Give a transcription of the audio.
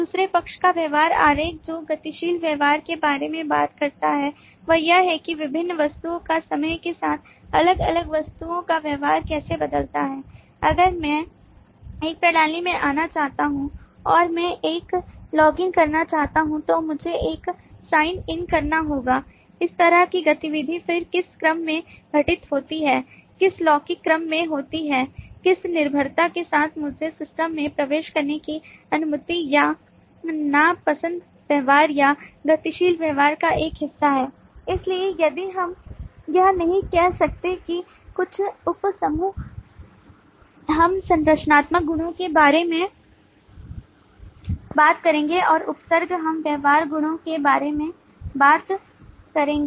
दूसरे पक्ष का व्यवहार आरेख जो गतिशील व्यवहार के बारे में बात करता है वह यह है कि विभिन्न वस्तुओं का समय के साथ अलग अलग वस्तुओं का व्यवहार कैसे बदलता है अगर मैं एक प्रणाली में आना चाहता हूं और मैं एक लॉगिन करना चाहता हूं तो मुझे एक साइन इन करना होगा इस तरह की गतिविधि फिर किस क्रम में घटित होती है किस लौकिक क्रम में होती है किस निर्भरता के साथ मुझे सिस्टम में प्रवेश करने की अनुमति या नापसंद व्यवहार या गतिशील व्यवहार का एक हिस्सा है